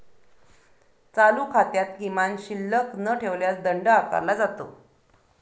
चालू खात्यात किमान शिल्लक न ठेवल्यास दंड आकारला जातो